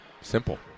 Simple